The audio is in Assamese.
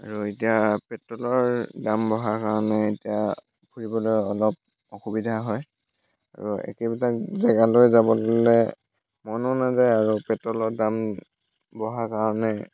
আৰু এতিয়া পেট্ৰলৰ দাম বঢ়াৰ কাৰণে এতিয়া ফুৰিবলৈ অলপ অসুবিধা হয় আৰু একেবিলাক জেগালৈ যাবলৈ মনো নাযায় আৰু পেট্ৰলৰ দাম বঢ়াৰ কাৰণে